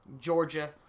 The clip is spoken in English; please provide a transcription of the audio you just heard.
Georgia